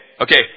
Okay